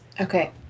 Okay